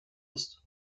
ist